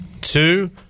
two